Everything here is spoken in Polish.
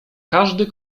każdy